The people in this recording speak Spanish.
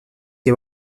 que